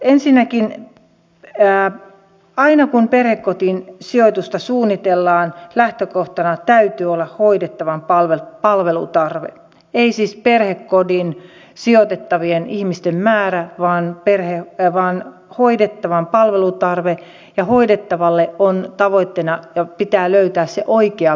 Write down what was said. ensinnäkin aina kun perhekotiin sijoitusta suunnitellaan lähtökohtana täytyy olla hoidettavan palvelutarve ei siis perhekotiin sijoitettavien ihmisten määrä vaan hoidettavan palvelutarve ja tavoitteena pitää olla löytää hoidettavalle se oikea perhekoti